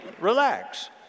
relax